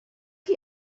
chi